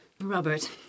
Robert